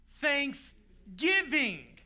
thanksgiving